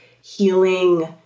healing